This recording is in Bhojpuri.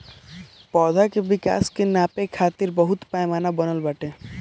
पौधा के विकास के नापे खातिर बहुते पैमाना बनल बाटे